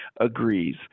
agrees